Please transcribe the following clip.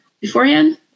beforehand